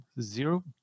zero